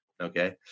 okay